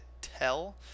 tell